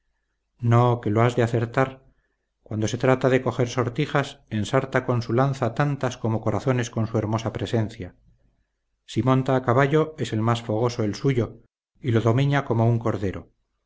no que lo has de acertar cuando se trata de coger sortijas ensarta con su lanza tantas como corazones con su hermosa presencia si monta a caballo es el más fogoso el suyo y lo domeña como un cordero